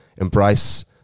embrace